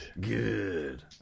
Good